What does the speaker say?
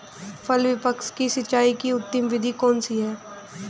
फल वृक्ष की सिंचाई की उत्तम विधि कौन सी है?